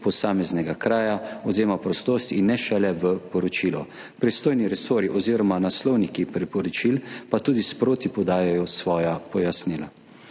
posameznega kraja odvzema prostosti in ne šele v poročilu, pristojni resorji oziroma naslovniki priporočil pa tudi sproti podajajo svoja pojasnila.